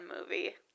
movie